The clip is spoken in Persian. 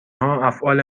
افعال